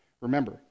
Remember